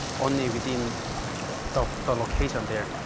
only within the the location there.